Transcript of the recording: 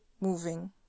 moving